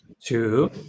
two